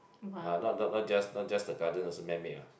ah not not not just not just the gardens also man made ah